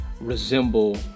resemble